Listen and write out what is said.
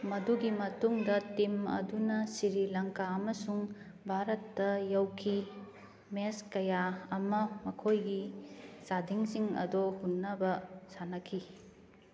ꯃꯗꯨꯒꯤ ꯃꯇꯨꯡꯗ ꯇꯤꯝ ꯑꯗꯨꯅ ꯁꯤꯔꯤ ꯂꯪꯀꯥ ꯑꯃꯁꯨꯡ ꯚꯥꯔꯠꯇ ꯌꯧꯈꯤ ꯃꯦꯁ ꯀꯌꯥ ꯑꯃ ꯃꯈꯣꯏꯒꯤ ꯆꯥꯗꯤꯡꯁꯤꯡ ꯑꯗꯨ ꯍꯨꯟꯅꯕ ꯁꯥꯟꯅꯈꯤ